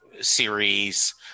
series